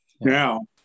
now